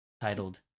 titled